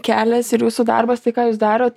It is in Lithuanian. kelias ir jūsų darbas tai ką jūs darot